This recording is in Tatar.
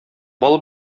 бал